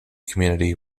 community